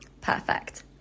Perfect